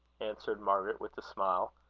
answered margaret, with a smile.